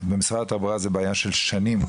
במשרד התחבורה זו בעיה של שנים,